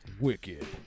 Wicked